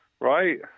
Right